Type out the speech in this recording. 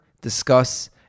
discuss